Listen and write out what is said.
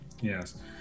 yes